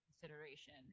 consideration